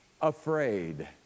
afraid